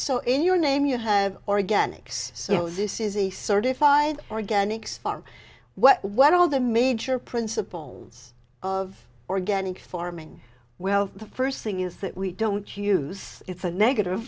so in your name you have or again ix so this is a certified organic farm what what all the major principles of organic farming well the first thing is that we don't use it's a negative